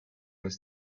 was